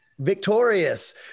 Victorious